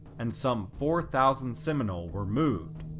and some four thousand seminole were moved,